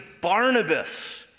Barnabas